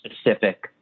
specific